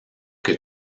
que